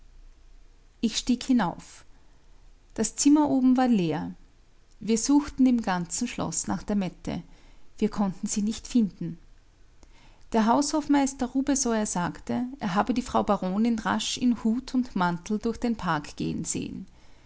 ich stieg hinauf das zimmer oben war leer wir suchten im ganzen schloß nach der mette wir konnten sie nicht finden der haushofmeister rubesoier sagte er habe die frau baronin rasch in hut und mantel durch den park gehen sehen